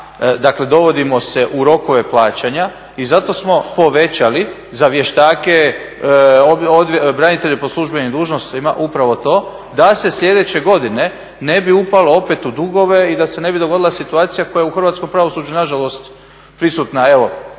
dakle dovodimo se u rokove plaćanje, i zato smo povećali za vještake, branitelje po službenim dužnostima upravo to da se slijedeće godine ne bi upalo opet u dugove i da se ne bi dogodila situacija koja je u hrvatskom pravosuđu nažalost prisutna,